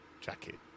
jacket